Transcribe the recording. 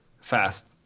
fast